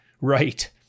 right